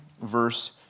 verse